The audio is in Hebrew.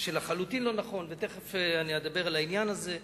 מה שלחלוטין לא נכון ותיכף אדבר על העניין הזה.